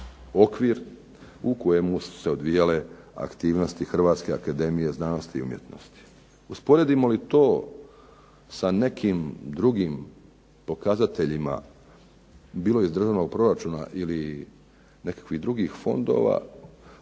u kojemu su se odvijale aktivnosti Hrvatske akademije znanosti i umjetnosti. Usporedimo li to sa nekim drugim pokazateljima, bilo iz državnog proračuna ili nekakvih drugih fondova,